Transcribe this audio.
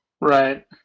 Right